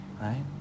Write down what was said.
right